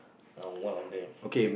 uh one of them